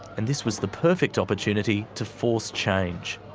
and this was the perfect opportunity to force change.